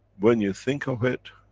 when you think of it,